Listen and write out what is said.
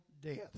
death